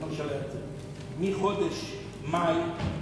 יש לי הערה לסדר, גברתי השרה,